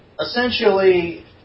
essentially